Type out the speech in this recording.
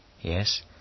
Yes